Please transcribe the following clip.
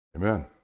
Amen